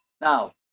now